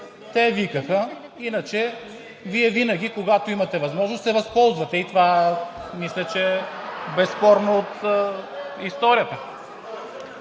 Те викаха. Иначе Вие винаги, когато имате възможност, се възползвате и това мисля, че е безспорно от историята.